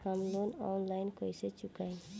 हम loan online कइसे चुकाई?